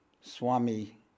swami